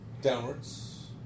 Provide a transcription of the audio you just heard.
Downwards